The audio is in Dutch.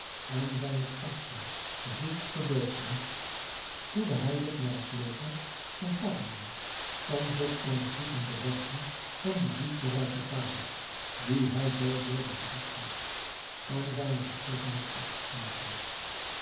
en zijne krachten zulks gedoogden spoedde hij zich naar het leger van schahzaman om zich aan de voeten te werpen van dien liefderijken vader dien hij zoo zeer bedroefd had en zijne vergiffenis af te smeeken